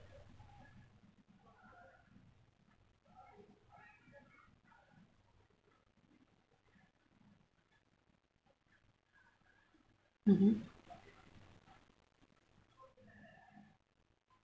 mmhmm